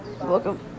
Welcome